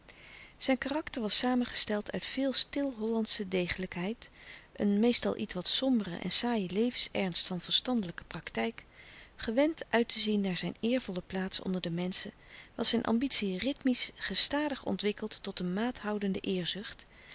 zijn karakter was samengesteld uit veel stil hollandsche louis couperus de stille kracht degelijkheid een meestal ietwat sombere en saaie levensernst van verstandelijke praktijk gewend uit te zien naar zijn eervolle plaats onder de menschen was zijn ambitie rythmisch gestadig ontwikkeld tot een maathoudende